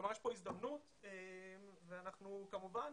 כלומר, יש כאן הזדמנות ואנחנו כמובן